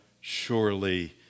surely